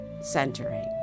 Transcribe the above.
centering